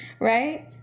right